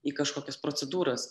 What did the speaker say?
į kažkokias procedūras